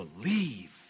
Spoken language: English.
believe